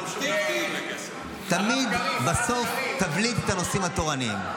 תמיד בסוף תבליט את הנושאים התורניים.